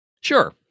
Sure